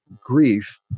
Grief